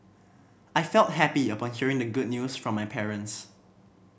I felt happy upon hearing the good news from my parents